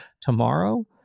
tomorrow